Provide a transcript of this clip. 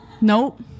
Nope